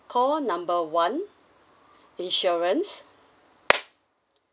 call number one insurance